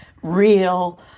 real